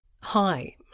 Hi